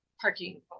parking